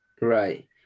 Right